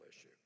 issue